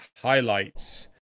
highlights